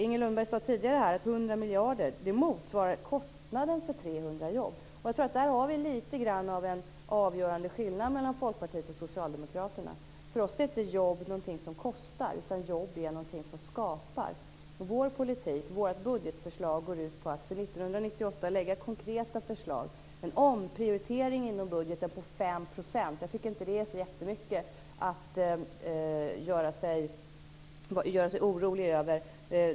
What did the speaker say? Inger Lundberg sade tidigare att 100 miljarder motsvarar kostnaden för 300 000 jobb. Jag tror att vi där har litet av en avgörande skillnad mellan Folkpartiet och Socialdemokraterna. För oss är inte jobb någonting som kostar. Jobb är någonting som skapar. Vårt budgetförslag går ut på att lägga konkreta förslag för 1998. Det handlar om en omprioritering inom budgeten på 5 %. Jag tycker inte att det är så jättemycket att vara orolig över.